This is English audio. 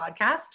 podcast